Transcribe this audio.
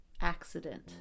Accident